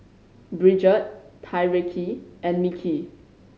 Bridgette Tyreke and Mickie